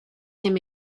him